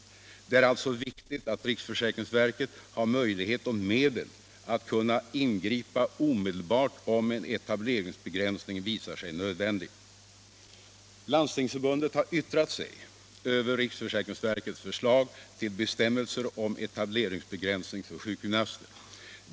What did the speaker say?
Det är alltså viktigt att riksförsäkringsverket har möjlighet och medel att ingripa omedelbart om en etableringsbegränsning visar sig nödvändig. Landstingsförbundet har yttrat sig över riksförsäkringsverkets förslag till bestämmelser om etableringsbegränsning för sjukgymnaster.